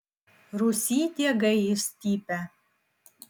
rūsy diegai išstypę